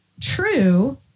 true